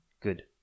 good